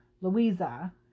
Louisa